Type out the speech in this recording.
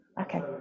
Okay